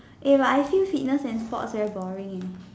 eh but I feel fitness and sports very boring eh